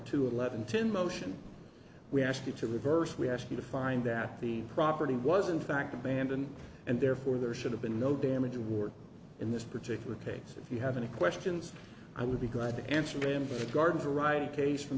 two eleven ten motion we ask you to reverse we ask you to find that the property was in fact abandoned and therefore there should have been no damage award in this particular case if you have any questions i would be glad to answer them for the garden variety case from